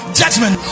judgment